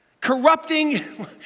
corrupting